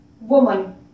woman